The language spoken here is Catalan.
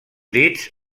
dits